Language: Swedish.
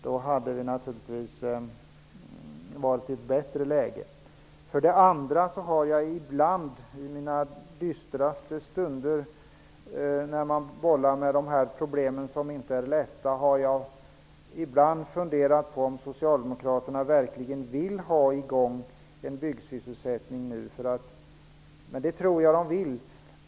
Då hade vi naturligtvis varit i ett bättre läge. Jag har ibland i mina dystraste stunder, när jag bollat med de här problemen, som inte är lätta, funderat på om socialdemokraterna verkligen vill ha i gång en byggsysselsättning nu. Det tror jag att de vill.